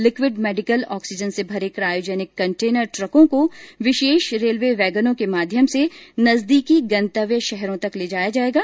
liquid medical oxygen से भरे cryogenic container ट्रको को विशेष रेलवे वैगनों के माध्यम से नजदीकी गंतव्य शहरों तक ले जाया जाएगा